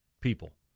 people